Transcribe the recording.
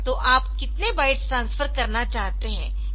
तोआप कितने bytes transfer करना चाहते है